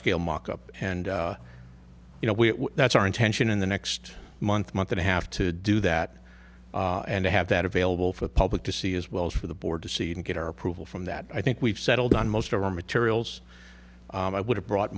scale mock up and you know that's our intention in the next month month and a half to do that and to have that available for the public to see as well as for the board to see and get our approval from that i think we've settled on most of our materials and i would have brought